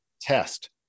test